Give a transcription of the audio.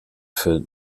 für